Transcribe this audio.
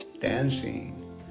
dancing